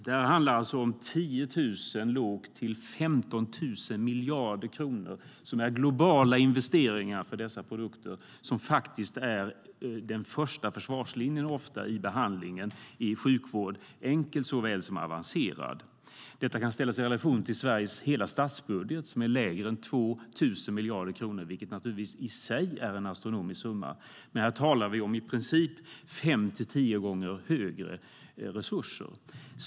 Det handlar om 10 000-15 000 miljarder kronor i globala investeringar för dessa produkter, som ofta är den första försvarslinjen i behandlingen i enkel såväl som avancerad sjukvård. Detta kan ställas i relation till Sveriges hela statsbudget. Den är lägre än 2 000 miljarder kronor, vilket i sig givetvis är en astronomisk summa. Men här talar vi om i princip fem till tio gånger större resurser.